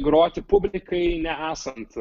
groti publikai nesant